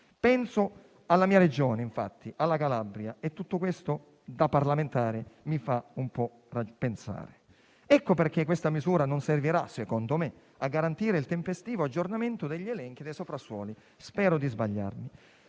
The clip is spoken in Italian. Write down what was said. Penso alla mia Regione, alla Calabria, e tutto questo da parlamentare mi fa riflettere. Ecco perché questa misura non servirà, secondo me, a garantire il tempestivo aggiornamento degli elenchi dei soprassuoli. Spero di sbagliarmi.